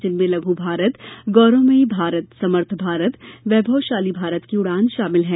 जिनमें लघु भारत गौरवमयी भारत समर्थ भारत वैभवशाली भारत की उड़ान शामिल हैं